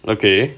okay